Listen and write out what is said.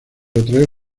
atraer